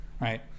right